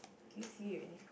do you see it already